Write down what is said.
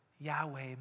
Yahweh